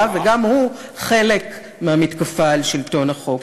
וגם הוא חלק מהמתקפה על שלטון החוק.